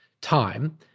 time